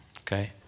okay